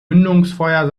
mündungsfeuer